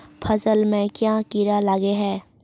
फसल में क्याँ कीड़ा लागे है?